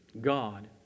God